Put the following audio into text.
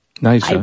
nice